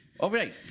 okay